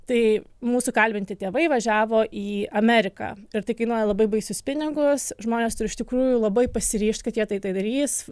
tai mūsų kalbinti tėvai važiavo į ameriką ir tai kainuoja labai baisius pinigus žmonės iš tikrųjų labai pasiryžt kad jie tai tai darys